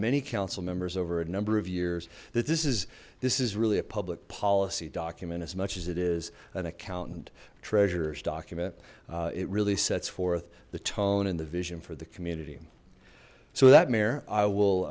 many council members over a number of years that this is this is really a public policy document as much as it is an accountant treasurer's document it really sets forth the tone and the vision for the community so that